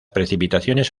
precipitaciones